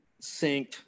synced